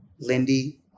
Lindy